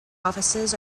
offices